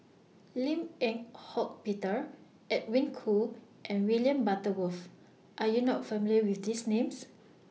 Lim Eng Hock Peter Edwin Koo and William Butterworth Are YOU not familiar with These Names